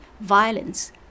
violence